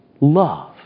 love